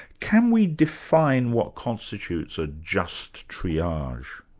can we define what constitutes a just triage?